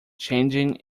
changing